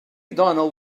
donald